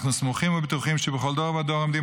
אנחנו סמוכים ובטוחים שבכל דור ודור עומדים